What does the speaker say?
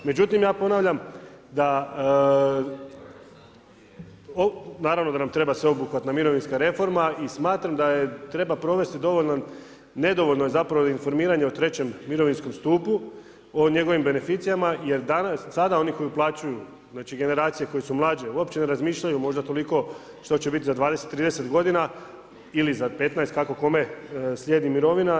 Međutim, ja ponavljam, da naravno da nam treba sveobuhvatna mirovinska reforma i smatram da je treba provesti, dovoljno, nedovoljno je zapravo informiranje o 3 mirovinskom stutu, o njegovim beneficijama, jer danas, sada oni koji uopćuju, znači generacije koje su mlađe uopće ne razmišljaju, možda toliko koliko će biti za 20, 30 g. ili za 15 kako kome slijedi mirovina.